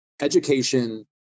education